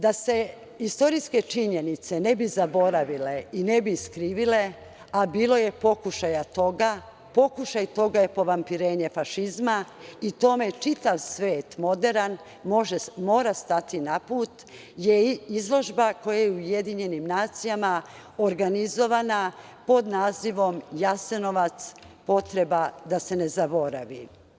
Da se istorijske činjenice ne bi zaboravile i ne bi iskrivile, a bilo je pokušaja toga, pokušaj toga je povampirenje fašizma i tome čitav svet moderan mora stati na put, je izložba koja je u UN organizovana pod nazivom – Jasenovac, potreba da se ne zaboravi.